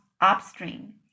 upstream